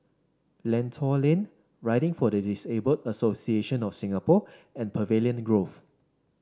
Lentor Lane Riding for the Disabled Association of Singapore and Pavilion Grove